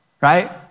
right